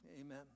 Amen